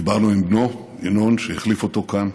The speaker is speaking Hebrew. דיברנו עם בנו, ינון, שהחליף אותו כאן,